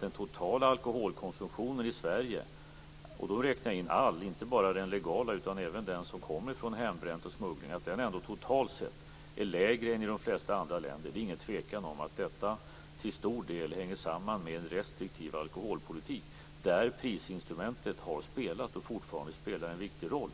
Den totala alkoholkonsumtionen - inte bara den legala, utan även från hembränning och smuggling - är lägre än i de flesta andra länder. Det råder inget tvivel om att det till stor del hänger samman med den restriktiva alkoholpolitiken, där prisinstrumentet har spelat och fortfarande spelar en viktig roll.